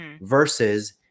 versus